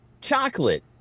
chocolate